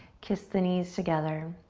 kiss the knees together.